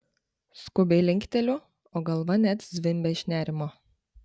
skubiai linkteliu o galva net zvimbia iš nerimo